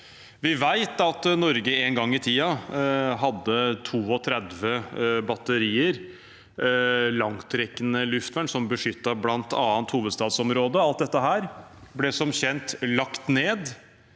Vi vet at Norge en gang i tiden hadde 32 batterier langtrekkende luftvern som beskyttet bl.a. hovedstadsområdet. Alt dette ble som kjent lagt ned.